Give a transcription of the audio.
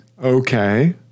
Okay